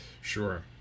Sure